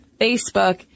Facebook